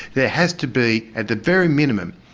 there has to be at the very minimum,